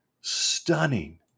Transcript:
Stunning